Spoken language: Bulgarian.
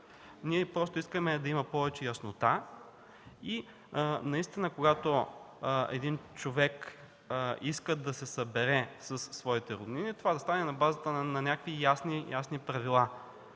Просто искаме да има повече яснота и когато един човек иска да се събере със своите роднини, това да стане на базата на някакви ясни правила.